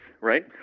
right